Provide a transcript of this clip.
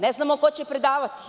Ne znamo ko će predavati.